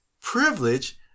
privilege